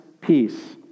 peace